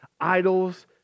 idols